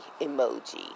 emoji